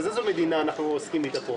באיזו מדינה אנחנו מתעסקים פה,